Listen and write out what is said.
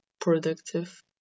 productive